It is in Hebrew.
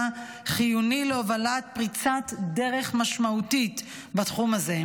חיוני להובלת פריצת דרך משמעותית בתחום הזה,